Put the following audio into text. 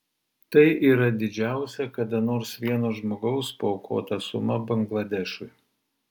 tai yra didžiausia kada nors vieno žmogaus paaukota suma bangladešui